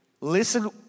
Listen